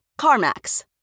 carmax